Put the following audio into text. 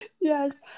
yes